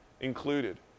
included